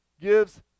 gives